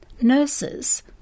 Nurses